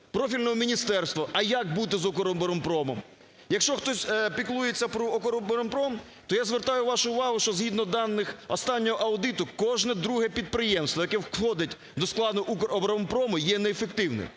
профільного міністерства, а як бути з "Укроборонпромом". Якщо хтось піклується про "Укроборонпром", то я звертаю вашу увагу, що згідно даних останнього аудиту, кожне друге підприємство, яке входить до складу "Укроборонпрому", є неефективним.